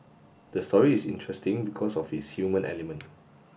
the story is interesting because of its human element